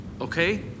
okay